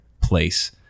place